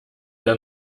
der